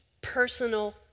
personal